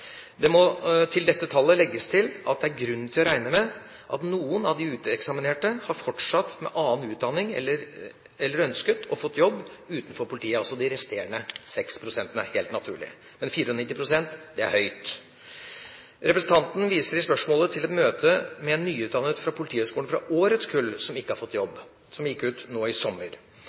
Det må til dette tallet legges til at det er grunn til å regne med at noen av de uteksaminerte har fortsatt med annen utdanning, eller ønsket og fått jobb utenfor politiet – altså de resterende 6 pst. – det er helt naturlig. Men 94 pst. er et høyt tall. Representanten viser i spørsmålet til et møte med en nyutdannet fra Politihøgskolen fra årets kull, som ikke har fått jobb. Han gikk ut nå i sommer.